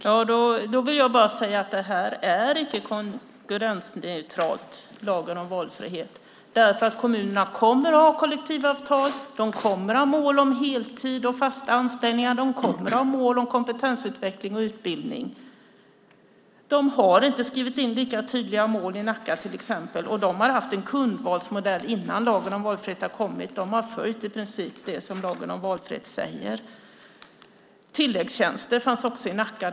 Fru talman! Lagen om valfrihet är inte konkurrensneutral. Kommunerna kommer att ha kollektivavtal. De kommer att ha mål om heltid och fasta anställningar. De kommer att ha mål om kompetensutveckling och utbildning. De har inte skrivit in lika tydliga mål i Nacka till exempel. De har haft en kundvalsmodell innan lagen om valfrihet kom. De har i princip följt det som lagen om valfrihet säger. Tilläggstjänster fanns också i Nacka.